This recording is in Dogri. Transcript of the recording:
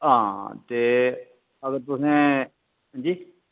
आं ते अगर तुसें हांजी